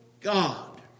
God